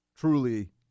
truly